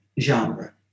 genre